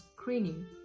screening